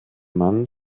mann